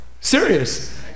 Serious